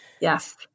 Yes